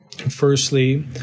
Firstly